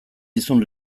dizun